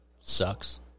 Sucks